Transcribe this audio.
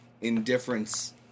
indifference